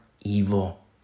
evil